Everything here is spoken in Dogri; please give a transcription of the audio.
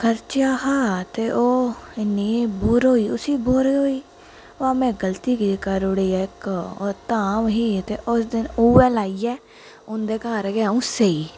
खरचेआ हा ते ओह् इन्नी बुर होई इसी बुर होई अवा में गलती करुड़ी इक ओह् धाम ही ते उस दिन उ'यै लाइयै उं'दे घर गै आ'ऊं सेई